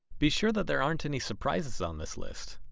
be sure that there aren't any surprises on this list,